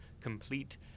complete